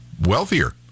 wealthier